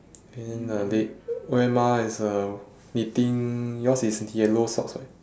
and then the they grandma is uh knitting yours is yellow socks right